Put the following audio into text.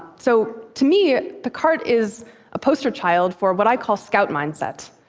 so to me, picquart is a poster child for what i call scout mindset.